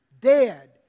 dead